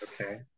Okay